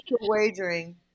wagering